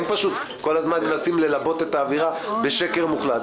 הם כל הזמן מנסים ללבות את האווירה בשקר מוחלט.